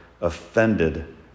offended